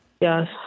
Yes